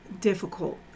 difficult